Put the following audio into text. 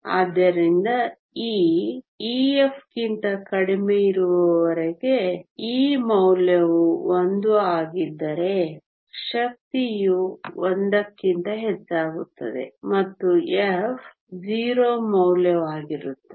ಆದ್ದರಿಂದ E ef ಗಿಂತ ಕಡಿಮೆ ಇರುವವರೆಗೆ E ಮೌಲ್ಯವು 1 ಆಗಿದ್ದರೆ ಶಕ್ತಿಯು 1 ಕ್ಕಿಂತ ಹೆಚ್ಚಾಗುತ್ತದೆ ಮತ್ತು f 0 ಮೌಲ್ಯವಾಗಿರುತ್ತದೆ